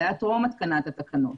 זה היה טרום התקנת התקנות,